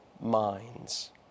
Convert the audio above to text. minds